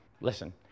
Listen